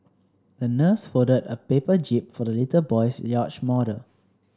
the nurse folded a paper jib for the little boy's yacht model